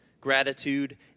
gratitude